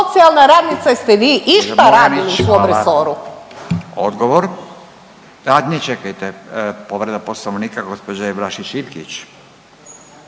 radnica ste vi išta radili u svom resoru?